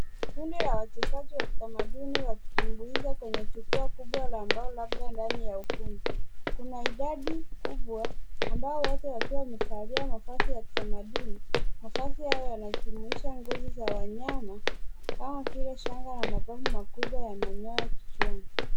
Kundi la wachezaji wa kitamaduni wakitumbuiza kwenye jukwaa kubwa la mbao labda ndani ya ukumbi. Kuna idadi kubwa ambayo wote wakiwa wamevalia mavazi ya kitamaduni. Mavazi hayo yanajumuisha ngozi za wanyama kama shanga na mavazi makubwa ya mimea kichwani.